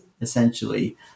essentially